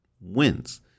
wins